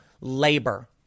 labor